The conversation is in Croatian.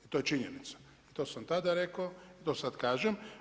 I to je činjenica i to sam tada rekao i to sada kažem.